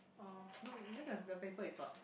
oh no then the the paper is what